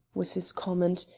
was his comment,